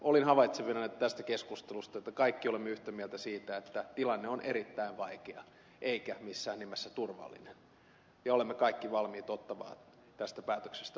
olin havaitsevinani tästä keskustelusta että kaikki olemme yhtä mieltä siitä että tilanne on erittäin vaikea eikä missään nimessä turvallinen ja olemme kaikki valmiit ottamaan tästä päätöksestä vastuun